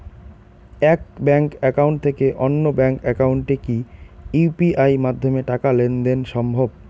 এক bank account থেকে অন্য ব্যাংক একাউন্টে কি ইউ.পি.আই মাধ্যমে টাকার লেনদেন দেন সম্ভব?